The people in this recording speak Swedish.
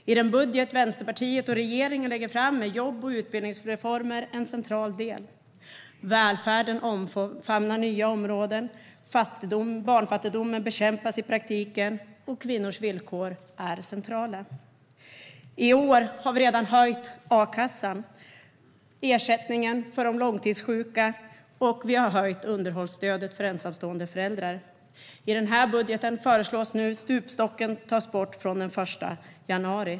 I den budget Vänsterpartiet och regeringen lägger fram är jobb och utbildningsreformer en central del. Välfärden omfamnar nya områden. Barnfattigdomen bekämpas i praktiken, och kvinnors villkor är centrala. I år har vi redan höjt a-kassan, ersättningen för långtidssjuka och underhållsstödet för ensamstående föräldrar. I budgeten föreslås att stupstocken tas bort från den 1 januari.